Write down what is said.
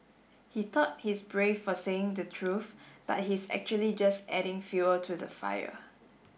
he thought he's brave for saying the truth but he's actually just adding fuel to the fire